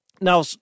Now